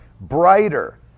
Brighter